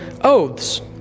oaths